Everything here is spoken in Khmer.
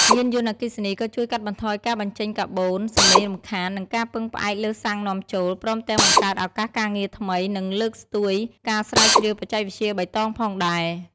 យានយន្តអគ្គីសនីក៏ជួយកាត់បន្ថយការបញ្ចេញកាបូន សំលេងរំខាន និងការពឹងផ្អែកលើសាំងនាំចូល ព្រមទាំងបង្កើតឱកាសការងារថ្មី និងលើកស្ទួយការស្រាវជ្រាវបច្ចេកវិទ្យាបៃតងផងដែរ។